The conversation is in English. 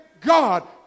God